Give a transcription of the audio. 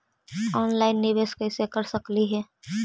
Online निबेस कैसे कर सकली हे?